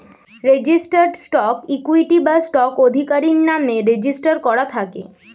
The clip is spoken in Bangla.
রেজিস্টার্ড স্টক ইকুইটি বা স্টক আধিকারির নামে রেজিস্টার করা থাকে